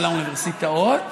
אבל האוניברסיטאות,